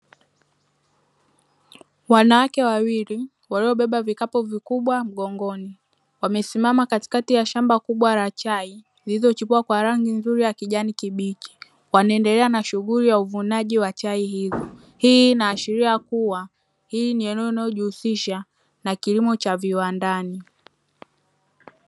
Wanawake wawili waliobeba vikapu vikubwa mgongoni wamesimama katikati ya shamba kubwa la chai zilizochipua kwa rangi nzuri ya kijani kibichi, wanaendelea na shughuli ya uvunaji wa chai hizo hii inaashiria kuwa hii ni eneo inayojihusisha na kilimo cha viwandani.